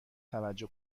توجه